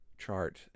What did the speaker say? chart